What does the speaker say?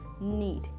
need